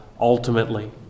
ultimately